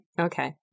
okay